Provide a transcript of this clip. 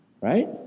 Right